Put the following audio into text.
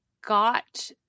got